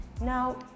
Now